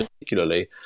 particularly